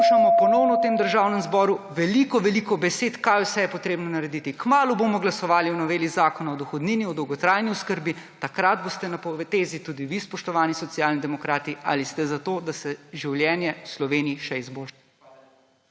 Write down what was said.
poslušamo ponovno v tem državnem zboru veliko veliko besed, kaj vse je potrebno narediti. Kmalu bomo glasovali o noveli zakona o dohodnini, o dolgotrajni oskrbi, takrat boste na potezi tudi vi, spoštovani Socialni demokrati, ali ste za to, da se življenje v Sloveniji še izboljša